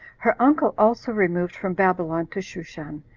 her uncle also removed from babylon to shushan,